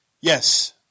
yes